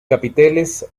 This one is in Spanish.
capiteles